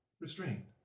restrained